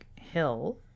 Hill